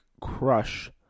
crush